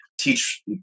teach